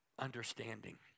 Understanding